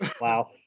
Wow